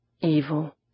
Evil